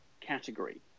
category